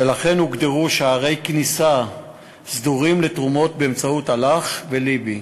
ולכן הוגדרו שערי כניסה סדורים לתרומות באמצעות אל"ח ולב"י.